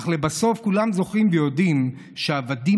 אך לבסוף כולם זוכרים ויודעים שעבדים